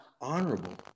honorable